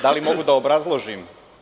Da li mogu da obrazložim?